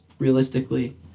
realistically